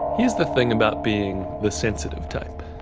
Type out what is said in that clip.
here's the thing about being the sensitive type